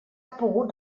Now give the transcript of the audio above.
pogut